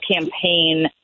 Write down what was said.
campaign